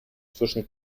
zwischen